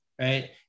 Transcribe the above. right